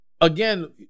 again